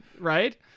right